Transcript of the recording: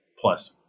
plus